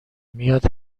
میاد